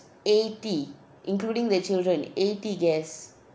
eighty including their children eighty guests